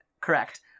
Correct